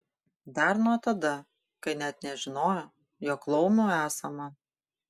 dar nuo tada kai net nežinojo jog laumių esama